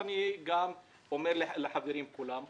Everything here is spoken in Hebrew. ואני גם אומר לחברים כולם: